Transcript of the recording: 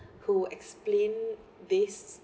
who explain this